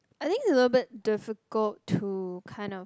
I think it's a little bit difficult to kind of